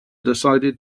decided